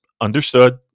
understood